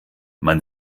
man